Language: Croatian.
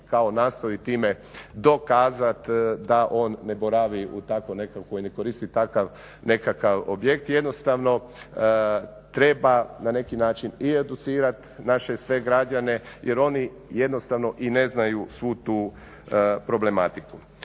kao nastoji time dokazati da on ne boravi u tako nekakvoj, ne koristi takav nekakav objekt, jednostavno treba na neki način i educirati naše sve građane jer oni jednostavno i ne znaju svu tu problematiku.